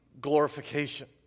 glorification